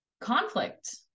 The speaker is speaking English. Conflict